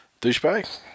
douchebag